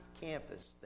campus